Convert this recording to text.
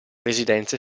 residenze